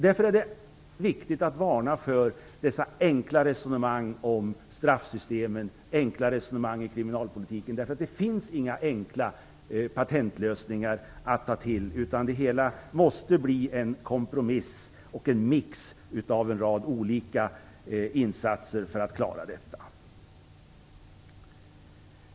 Det är viktigt att varna för dessa enkla resonemang om straffsystemen och kriminalpolitiken. Det finns inga enkla patentlösningar att ta till utan det måste ske en kompromiss, en mix av en rad olika insatser för att klara detta.